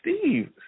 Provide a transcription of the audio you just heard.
Steve